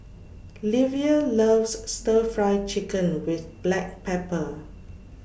Livia loves Stir Fry Chicken with Black Pepper